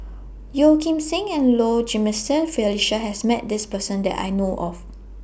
Yeo Kim Seng and Low Jimenez Felicia has Met This Person that I know of